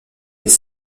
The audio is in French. les